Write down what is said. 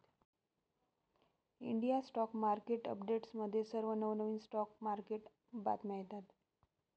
India stock market अपडेट्समध्ये सर्व नवनवीन स्टॉक मार्केट बातम्या येतात